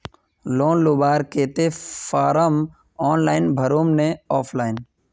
Loan लुबार केते form online भरुम ने ऑफलाइन?